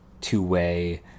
two-way